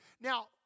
Now